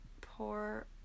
poor